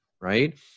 Right